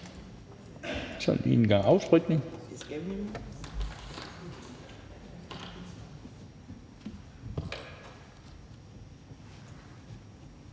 Tak